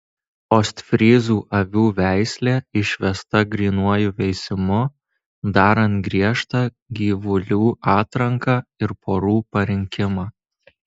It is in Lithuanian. ostfryzų avių veislė išvesta grynuoju veisimu darant griežtą gyvulių atranką ir porų parinkimą